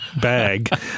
bag